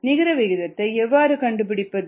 நிகர விகிதத்தை எவ்வாறு கண்டுபிடிப்பது